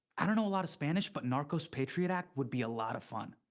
i don't know a lot of spanish, but narcos patriot act would be a lot of fun.